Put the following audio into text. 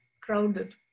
crowded